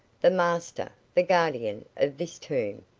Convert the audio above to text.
the master the guardian of this tomb.